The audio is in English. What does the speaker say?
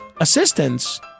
assistance